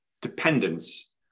dependence